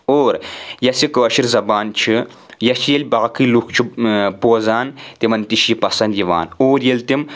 اور یُس یہِ کٲشِر زبان چھِ ییٚلہِ باقٕے لُکھ چھِ بوزان تِمَن تہِ چھِ یہِ پَسنٛد یِوان اور ییٚلہِ تِم